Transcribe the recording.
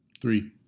three